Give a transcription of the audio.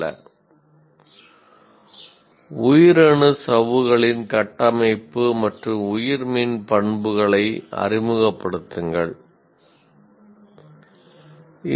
'உயிரணு சவ்வுகளின் கட்டமைப்பு மற்றும் உயிர் மின் பண்புகளை அறிமுகப்படுத்துங்கள்'